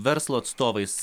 verslo atstovais